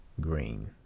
Green